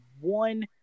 one